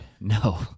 No